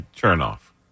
Chernoff